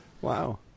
Wow